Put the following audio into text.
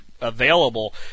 available